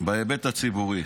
בהיבט הציבורי.